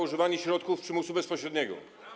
używanie środków przymusu bezpośredniego.